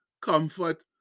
comfort